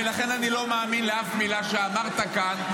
ולכן אני לא מאמין לאף מילה שאמרת כאן,